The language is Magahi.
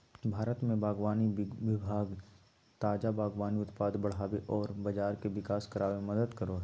भारत में बागवानी विभाग ताजा बागवानी उत्पाद बढ़ाबे औरर बाजार के विकास कराबे में मदद करो हइ